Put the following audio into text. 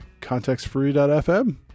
contextfree.fm